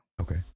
okay